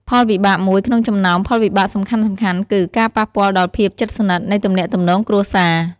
ផលវិបាកមួយក្នុងចំណោមផលវិបាកសំខាន់ៗគឺ ការប៉ះពាល់ដល់ភាពជិតស្និទ្ធ នៃទំនាក់ទំនងគ្រួសារ។